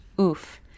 oof